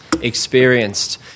experienced